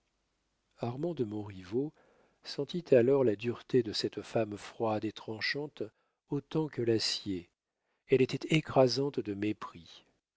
armand de montriveau sentit alors la dureté de cette femme froide et tranchante autant que l'acier elle était écrasante de mépris